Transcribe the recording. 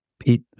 Pete